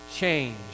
change